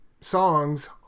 songs